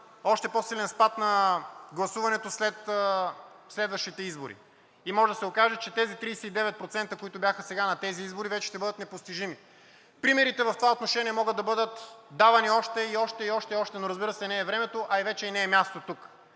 още по-силен спад на гласуването след следващите избори и може да се окаже, че тези 39%, които бяха сега на тези избори, вече ще бъдат непостижими. Примери в това отношение могат да бъдат давани още, и още, и още, и още, но разбира се, не е времето, а и вече не е и мястото тук.